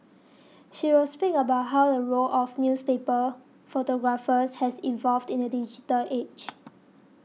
she will speak about how the role of newspaper photographers has evolved in the digital age